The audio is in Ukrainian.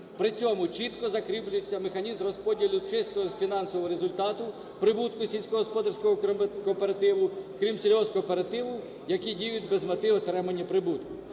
При цьому чітко закріплюється механізм розподілу чистого фінансового результату прибутку сільськогосподарського кооперативу, крім сільгоспкооперативів, які діють без мети отримання прибутку.